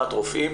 הכשרת רופאים